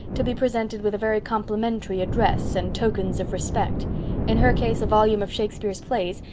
to be presented with a very complimentary address and tokens of respect in her case a volume of shakespeare's plays,